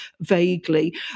vaguely